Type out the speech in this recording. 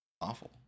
awful